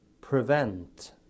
prevent